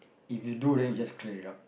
if you do then you just clear it up